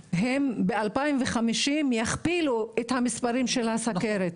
בשנת 2050 הן יכפילו את מספר האנשים שחולים בסוכרת,